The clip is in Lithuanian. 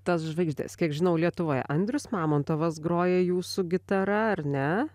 tas žvaigždes kiek žinau lietuvoje andrius mamontovas groja jūsų gitara ar ne